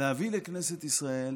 להביא לכנסת ישראל